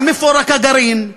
גם מפורק הגרעין,